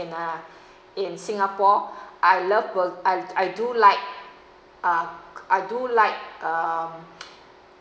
uh in singapore I love bur~ I I do like um I do like um